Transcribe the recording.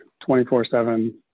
24-7